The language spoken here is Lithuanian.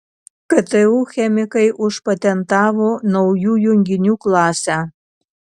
ktu chemikai užpatentavo naujų junginių klasę